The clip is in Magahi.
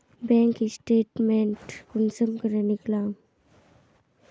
बैंक स्टेटमेंट कुंसम करे निकलाम?